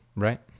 Right